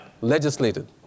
Legislated